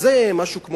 אז זה משהו כמו,